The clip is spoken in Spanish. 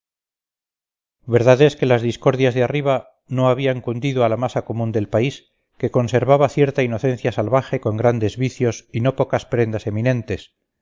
verdad es que las discordias de arriba no habían cundido a la masa común del país que conservaba cierta inocencia salvaje con grandes vicios y no pocas prendas eminentes